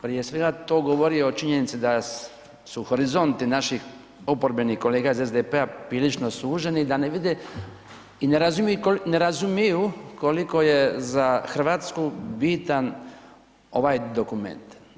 Prije svega to govori o činjenici da su horizonti naših oporbenih kolega iz SDP-a prilično suženi, da ne vide i ne razumiju koliko je za Hrvatsku bitan ovaj dokument.